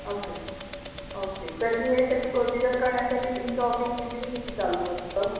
okay sir okay तर हे सगळी प्रोसिजर करण्यासाठी तुमचं ऑफिस किती ते किती चालू असतं